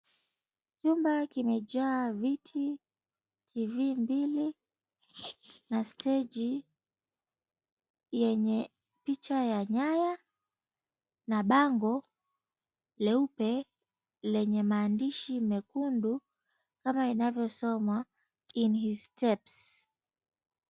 Nyumba kimejaa viti mbili na steji yenye picha ya nyaya na bango leupe lenye mahandishi mekundu kama inavyosomwa, "In His Steps."